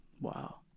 Wow